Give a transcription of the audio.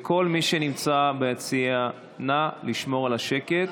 כל מי שנמצא ביציע, נא לשמור על השקט,